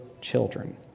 children